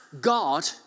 God